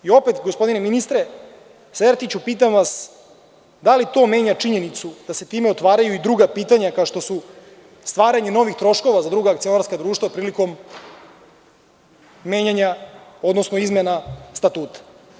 Opet, gospodine ministre Sertiću, pitam vas – da li to menja činjenicu da se time otvaraju i druga pitanja kao što su stvaranje novih troškova za druga akcionarska društva prilikom menjanja, odnosno izmene statuta.